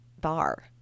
bar